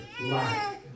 life